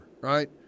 right